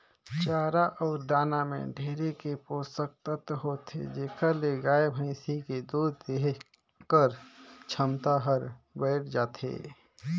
चारा अउ दाना में ढेरे के पोसक तत्व होथे जेखर ले गाय, भइसी के दूद देहे कर छमता हर बायड़ जाथे